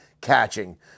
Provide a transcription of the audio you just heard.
catching